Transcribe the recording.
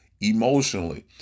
emotionally